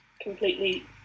completely